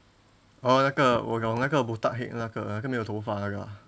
哦那个我懂那个 botak head 那个那个没有头发的那个啊